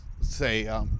say –